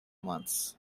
months